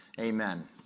Amen